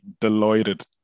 delighted